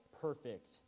perfect